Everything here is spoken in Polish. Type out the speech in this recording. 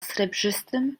srebrzystym